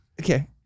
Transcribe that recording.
okay